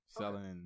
selling